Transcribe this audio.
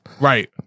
right